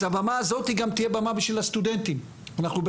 נושא שנמצא גם הרבה מאוד פניות שאני מקבל,